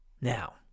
Now